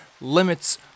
limits